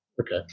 Okay